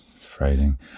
Phrasing